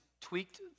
tweaked